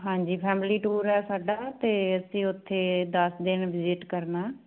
ਹਾਂਜੀ family tour ਹੈ ਸਾਡਾ ਅਤੇ ਅਸੀਂ ਉੱਥੇ ਦਸ ਦਿਨ ਵਿਜਿਟ ਕਰਨਾ